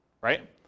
right